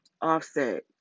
Offset